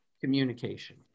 communication